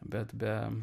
bet be